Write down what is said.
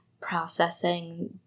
processing